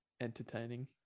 entertaining